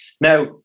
Now